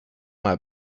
mal